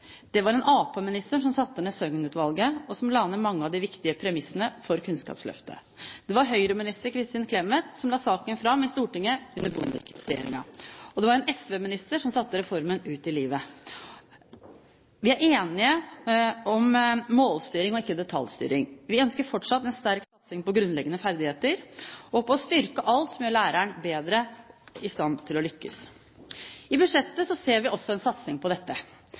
Det var en Arbeiderparti-minister som satte ned Søgnen-utvalget, og som la mange av de viktige premissene for Kunnskapsløftet. Det var Høyre-minister Kristin Clemet som la saken fram i Stortinget under Bondevik II-regjeringen. Det var en SV-minister som satte reformen ut i livet. Vi er enige om målstyring og ikke detaljstyring. Vi ønsker fortsatt en sterk satsing på grunnleggende ferdigheter og på å styrke alt som gjør læreren bedre i stand til å lykkes. I budsjettet ser vi også en satsing på dette.